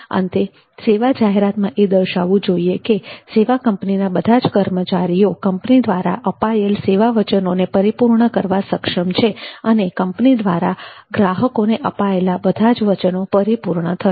અંતે સેવા જાહેરાતમાં એ દર્શાવવું જોઈએ કે સેવા કંપનીના બધા જ કર્મચારીઓ કંપની દ્વારા અપાયેલા સેવા વચનોને પરિપૂર્ણ કરવા સક્ષમ છે અને કંપની દ્વારા ગ્રાહકોને અપાયેલા બધા જ વચનો પરિપૂર્ણ થશે